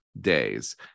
days